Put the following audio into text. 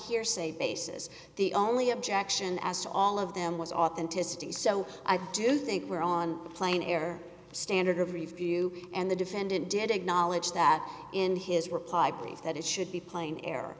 hearsay basis the only objection as to all of them was authenticity so i do think we're on the plane air standard of review and the defendant did acknowledge that in his reply brief that it should be playing air